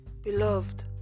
Beloved